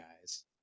guys